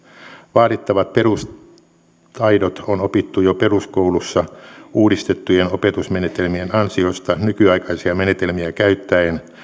vaadittavat perustaidot on opittu jo peruskoulussa uudistettujen opetusmenetelmien ansiosta nykyaikaisia menetelmiä käyttäen